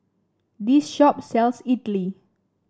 this shop sells idly